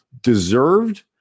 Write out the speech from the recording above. deserved